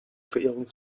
verehrung